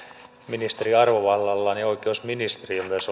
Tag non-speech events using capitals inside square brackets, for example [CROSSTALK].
ministeri arvovallallaan ja ja oikeusministeriö myös [UNINTELLIGIBLE]